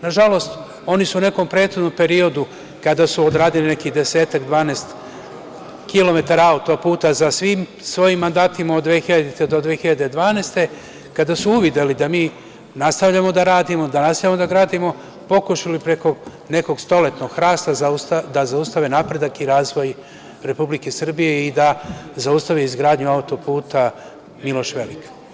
Nažalost, oni su u nekom prethodnom periodu, kada su odradili nekih 10-12 km auto-puta, sa svim svojim mandatima od 2000. do 2012. godine, kada su uvideli da mi nastavljamo da radimo, da nastavljamo da gradimo, pokušali preko nekog stoletnog hrasta da zaustave napredak i razvoj Republike Srbije i da zaustave izgradnju auto-puta "Miloš Veliki"